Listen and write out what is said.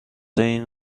این